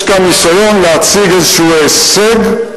יש כאן ניסיון להציג איזשהו סוג של הישג.